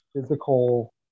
physical